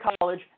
college